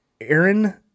Aaron